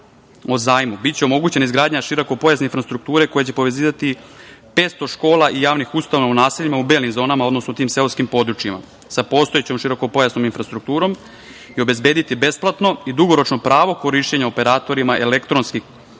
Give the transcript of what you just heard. o zajmu biće omogućena izgradnja širokopojasne infrastrukture koja će povezivati 500 škola i javnih ustanova u naseljima u belim zonama, odnosno tim seoskim područjima sa postojećom širokopojasnom infrastrukturom i obezbediti besplatno i dugoročno pravo korišćenja operatorima elektronskih